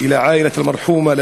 תודה למזכירת הכנסת.